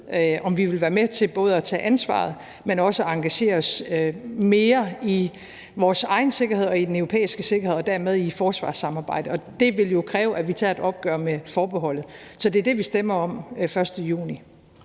om vi vil være med til både at tage ansvaret, men også engagere os mere i vores egen sikkerhed og i den europæiske sikkerhed og dermed i forsvarssamarbejdet, og det vil jo kræve, at vi tager et opgør med forbeholdet. Så det er det, vi stemmer om den 1. juni.